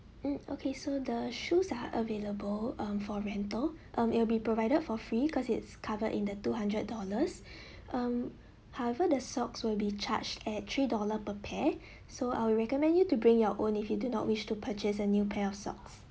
hmm okay so the shoes are available um for rental um it will be provided for free cause it's covered in the two hundred dollars um however the socks will be charged at three dollar per pair so I'll recommend you to bring your own if you do not wish to purchase a new pair of socks